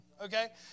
okay